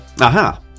Aha